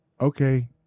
okay